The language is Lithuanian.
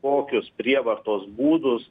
kokius prievartos būdus